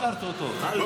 בוא,